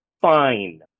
Fine